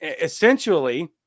Essentially